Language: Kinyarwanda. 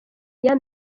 uko